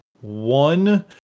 one